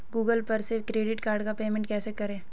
Google पर से credit card का पेमेंट कैसे करें?